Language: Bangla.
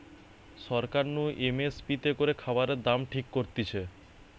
সরকার নু এম এস পি তে করে খাবারের দাম ঠিক করতিছে